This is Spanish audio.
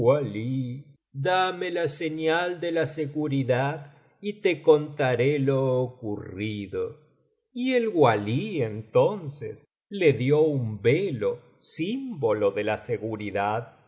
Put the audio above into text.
jdame la señal de la seguridad y te contaré lo ocurrido y el walí entóneos le dio un velo símbolo de la seguridad